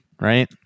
right